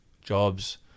jobs